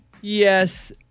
Yes